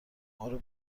مارو